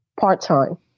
part-time